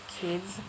kids